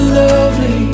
lovely